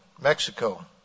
Mexico